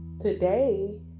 today